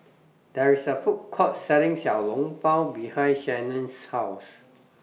There's A Food Court Selling Xiao Long Bao behind Shannen's House